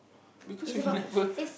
because we never